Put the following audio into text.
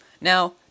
Now